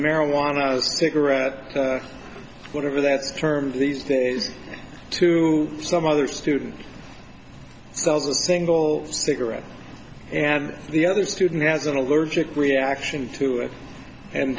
marijuana cigarette whatever that sperm these days to some other student sells a single cigarette and the other student has an allergic reaction to it and